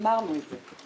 אמרנו את זה.